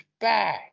back